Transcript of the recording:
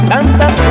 Tantas